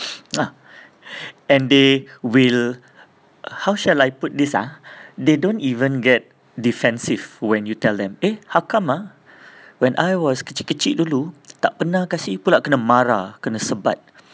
ah and they will uh how shall I put this ah they don't even get defensive when you tell them eh how come ah when I was kecik-kecik dulu tak pernah kasi pulak kena marah kena sebat